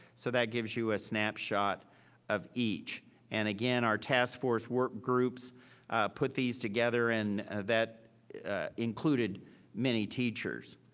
so that gives you a snapshot of each and again, our task force work groups put these together and that included many teachers.